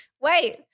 wait